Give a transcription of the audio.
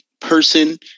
person